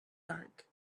dark